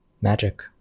Magic